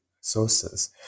sources